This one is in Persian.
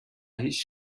هیچ